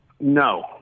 No